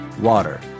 Water